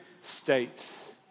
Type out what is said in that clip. States